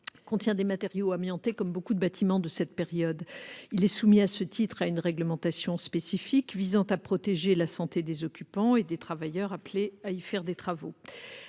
contient des matériaux amiantés, comme nombre de bâtiments de cette période. À ce titre, il est soumis à une réglementation spécifique visant à protéger la santé des occupants et des travailleurs appelés à y faire des travaux.